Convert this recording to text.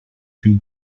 two